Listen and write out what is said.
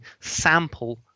sample